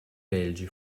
belgi